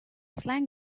slang